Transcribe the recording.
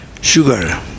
sugar